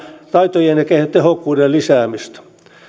taitojen ja tehokkuuden lisäämistä